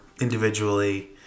individually